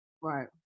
Right